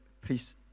please